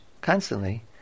constantly